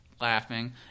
Laughing